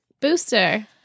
Booster